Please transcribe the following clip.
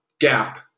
Gap